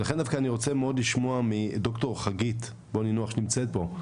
לכן אני רוצה לשמוע מד"ר חגית בוני-נח שנמצאת פה,